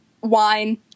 wine